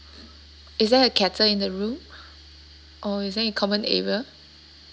is there a kettle in the room or it there in common area